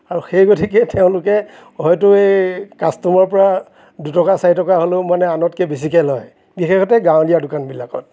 আৰু সেই গতিকে তেওঁলোকে হয়তো এই কাষ্টমাৰৰপৰা দুটকা চাৰি টকা হ'লেও মানে আনতকৈ বেছিকৈ লয় বিশেষতে গাঁৱলীয়া দোকানবিলাকত